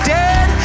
dead